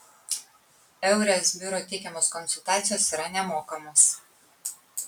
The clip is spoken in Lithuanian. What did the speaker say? eures biuro teikiamos konsultacijos yra nemokamos